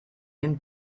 den